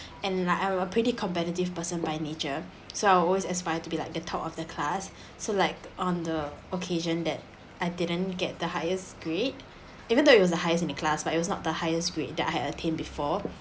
and I are a pretty competitive person by nature so I always aspired to be like the top of the class so like on the occasion that I didn't get the highest grade even though it was the highest in class but it was not the highest grade that I had attained before